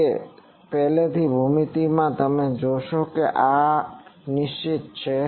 તેથી તે પહેલાંની ભૂમિતિમાં તમે જોશો કે આર નિશ્ચિત છે